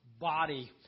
body